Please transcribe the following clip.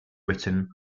written